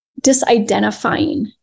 disidentifying